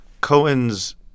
Cohen's